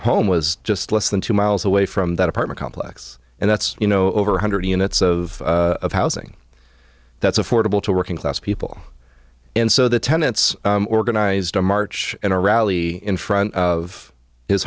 home was just less than two miles away from that apartment complex and that's you know over one hundred units of housing that's affordable to working class people and so the tenants organized a march and a rally in front of his